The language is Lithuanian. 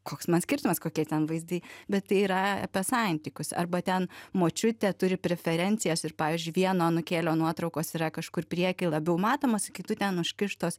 koks man skirtumas kokie ten vaizdai bet tai yra apie santykius arba ten močiutė turi preferencijas ir pavyzdžiui vieno anūkėlio nuotraukos yra kažkur prieky labiau matomos kitų ten užkištos